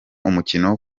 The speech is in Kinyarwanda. umukino